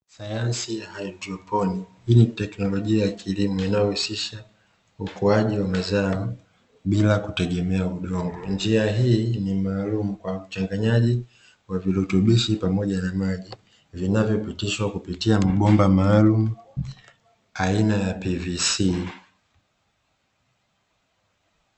Sayansi ya haidroponi, hii ni teknolojia ya kilimo inayohusisha ukuaji wa mazao bila kutegemea udongo, njia hii ni maalumu kwa uchanganyaji wa virutubishi pamoja na maji vinavyopitishwa kupitia mabomba maalumu aina ya pivisi.